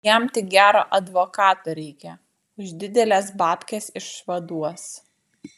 jam tik gero advokato reikia už dideles babkes išvaduos